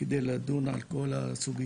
על מנת לדון על כל הסוגיות,